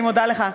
אני מודה לך.